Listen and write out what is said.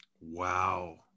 wow